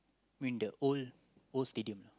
win the old old stadium lah